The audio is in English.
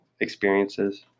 experiences